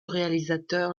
réalisateur